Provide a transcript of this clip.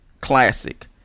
classic